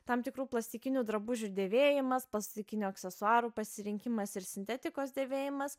tam tikrų plastikinių drabužių dėvėjimas plastikinio aksesuarų pasirinkimas ir sintetikos dėvėjimas